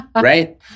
right